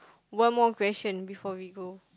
one more question before we go